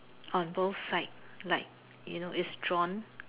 on both side like you know it's drawn